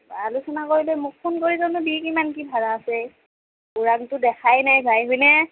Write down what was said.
আলোচনা কৰিলে মোক ফোন কৰি জনাবি কিমান কি ভাৰা আছে ওৰাংটো দেখাই নাই ভাই হয়নে